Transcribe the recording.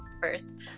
first